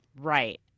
right